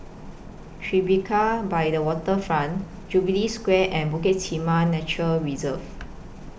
Tribeca By The Waterfront Jubilee Square and Bukit Timah Nature Reserve